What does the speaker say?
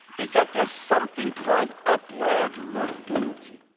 is that there's something called upward mobility.